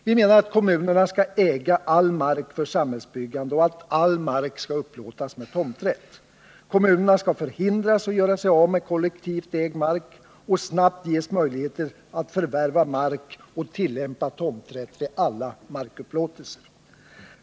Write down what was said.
Vi menar att kommunerna skall äga all mark för samhällsbyggande och att all mark skall upplåtas med tomträtt. Kommunerna skall hindras att göra sig av med kollektivt ägd mark och snabbt ges möjligheter att förvärva mark och tillämpa tomträtt vid alla markupplåtelser.